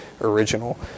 original